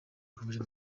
convention